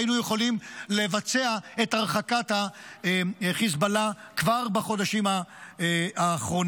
שהיינו יכולים לבצע את הרחקת החיזבאללה כבר בחודשים האחרונים.